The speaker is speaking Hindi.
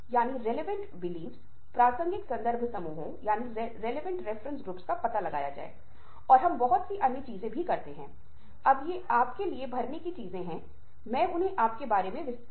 इसलिए यह महसूस किया कि यह एक जटिल प्रक्रिया है पूरे मस्तिष्क को पूरी तरह से पूरी तरह से जटिल तरीके से शामिल किया जाता है हमारी स्मृति पर ध्यान दिया जाता है बहुत सारी जानकारी का वर्गीकरण चल रहा है हम उनमें से कुछ के बारे में बात करेंगे